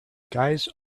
guys